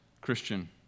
Christian